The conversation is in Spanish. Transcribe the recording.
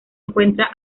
encuentra